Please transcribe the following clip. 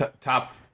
top